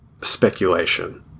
speculation